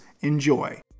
enjoy